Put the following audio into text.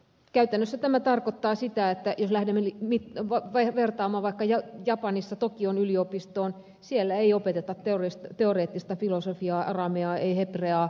käytännössä tämä tarkoittaa esimerkiksi sitä jos lähdemme vertaamaan vaikka japanissa tokion yliopistoon että siellä ei opeteta teoreettista filosofiaa ei arameaa ei hepreaa